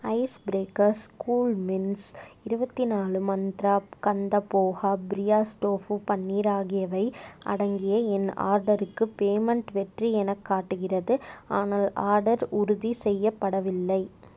ice breakers coolmints இருபத்திநாலு மந்த்ரா கந்த போஹா பிரியாஸ் tofu paneer ஆகியவை அடங்கிய என் ஆர்டருக்கு பேமெண்ட் வெற்றி எனக் காட்டுகிறது ஆனால் ஆர்டர் உறுதி செய்யப்படவில்லை